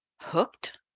hooked